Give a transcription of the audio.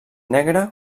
negra